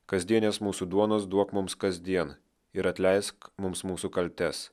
kasdienės mūsų duonos duok mums kasdien ir atleisk mums mūsų kaltes